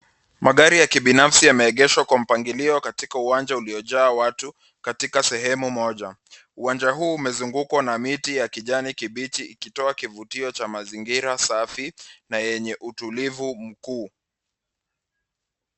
Magari ya kibinafsi yameegeshwa kwa mipangilio katika wanja uliojaa watu katika sehemu moja. Wanja huu umezungukwa na miti ya kijani kibichi ikitoakivutio cha mazingira safi na yenye utulivu mkuu.